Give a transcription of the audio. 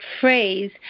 phrase